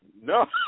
No